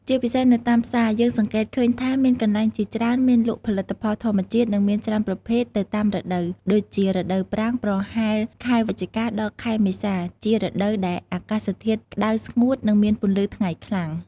ជាពិសេសនៅតាមផ្សារយើងសង្កេតឃើញថាមានកន្លែងជាច្រើនមានលក់ផលិតផលធម្មជាតិ និងមានច្រើនប្រភេទទៅតាមរដូវ ដូចជារដូវប្រាំងប្រហែលខែវិច្ឆិកា ដល់ ខែមេសា ជារដូវដែលអាកាសធាតុក្តៅស្ងួត និងមានពន្លឺថ្ងៃខ្លាំង។